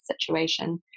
situation